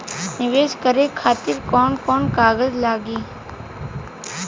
नीवेश करे खातिर कवन कवन कागज लागि?